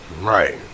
Right